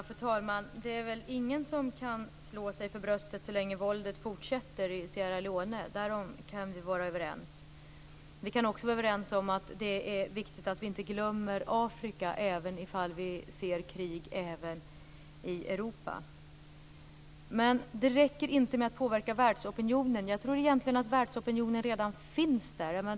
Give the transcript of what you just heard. Fru talman! Det är väl ingen som kan slå sig för bröstet så länge våldet fortsätter i Sierra Leona. Därom kan vi vara överens. Vi kan också vara överens om att det är viktigt att vi inte glömmer Afrika, även ifall vi ser krig också i Europa. Men det räcker inte att påverka världsopinionen. Jag tror egentligen att världsopinionen redan finns där.